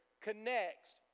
connects